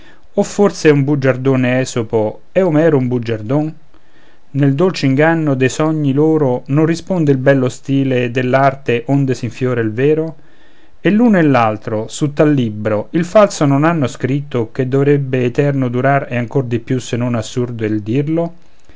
o forse è un bugiardone esopo è omero un bugiardon nel dolce inganno de sogni loro non risponde il bello stile dell'arte onde s'infiora il vero e l'uno e l'altro su tal libro il falso non hanno scritto che dovrebbe eterno durare e ancor di più se non assurdo è il dirlo